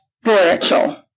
spiritual